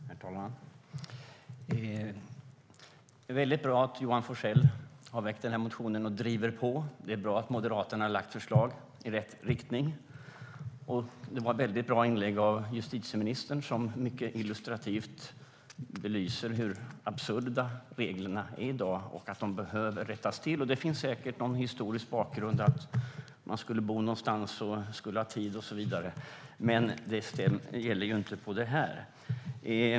Herr talman! Det är väldigt bra att Johan Forssell har ställt den här interpellationen och driver på. Det är bra att Moderaterna har lagt fram förslag i rätt riktning. Och det var ett väldigt bra inlägg av justitieministern som mycket illustrativt belyste hur absurda reglerna är i dag och att de behöver rättas till. Det finns säkert någon historisk bakgrund till dessa, att man skulle bo någonstans under en längre tid och så vidare. Men det gäller ju inte här.